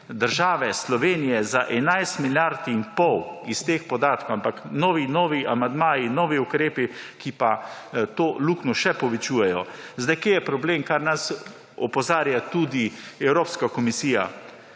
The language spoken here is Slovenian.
države Slovenije za 11 milijard in pol iz teh podatkov, ampak novi, novi amandmaji, novi ukrepi, ki pa to luknjo še povečujejo. Zdaj, kje je problem kar nas opozarja tudi evropska komisija?